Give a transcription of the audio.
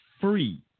free